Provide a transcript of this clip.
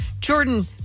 Jordan